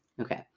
Okay